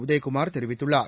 உதயகுமார் தெரிவித்துள்ளார்